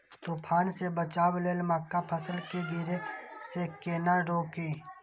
तुफान से बचाव लेल मक्का फसल के गिरे से केना रोकी?